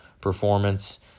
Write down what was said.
performance